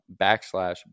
backslash